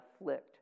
afflict